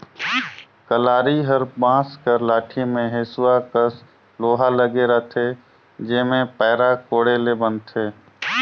कलारी हर बांस कर लाठी मे हेसुवा कस लोहा लगे रहथे जेम्हे पैरा कोड़े ले बनथे